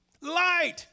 light